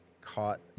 caught